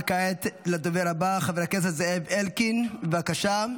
וכעת לדובר הבא, חבר הכנסת זאב אלקין, בבקשה.